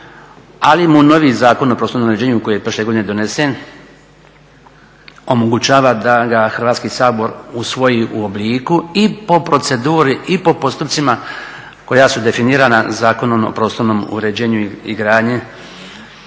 ali mu novi Zakon o prostornom uređenju koji je prošle godine donesen omogućava da ga Hrvatski sabor usvoji u obliku i po proceduri i po postupcima koja su definirana zakonom o prostornom uređenju i gradnji.